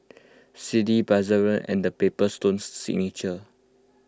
Sealy Bakerzin and the Paper Stone Signature